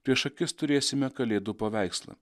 prieš akis turėsime kalėdų paveikslą